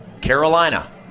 Carolina